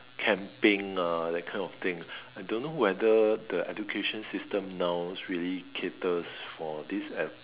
camping ah that kind of thing I don't know whether the education system now really caters for this